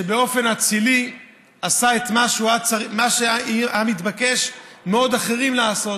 שבאופן אצילי עשה את מה שהיה מתבקש מאחרים לעשות.